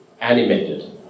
animated